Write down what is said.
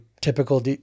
typical